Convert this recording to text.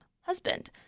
husband